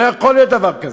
לא יכול להיות דבר הזה.